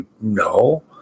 no